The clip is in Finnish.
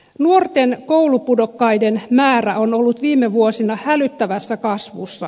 nuorten koulupudokkaiden määrä on ollut viime vuosina hälyttävässä kasvussa